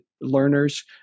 learners